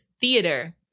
theater